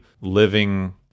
living